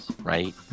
right